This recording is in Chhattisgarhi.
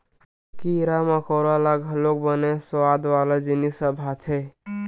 कीरा मकोरा ल घलोक बने सुवाद वाला जिनिस ह भाथे